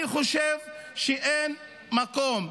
אני חושב שאין מקום.